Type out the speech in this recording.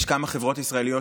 יש כמה חברות ישראליות